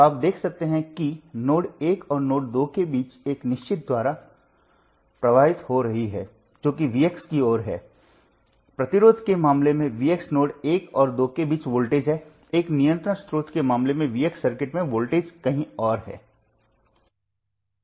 तो आप देख सकते हैं कि नोड 1 और नोड 2 के बीच एक निश्चित धारा प्रवाहित हो रही है जो कि Vx की ओर है रोकनेवाला के मामले में Vx नोड्स 1 और 2 के बीच वोल्टेज है एक नियंत्रण स्रोत के मामले में Vx सर्किट में वोल्टेज कहीं और है